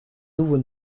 nouveau